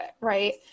right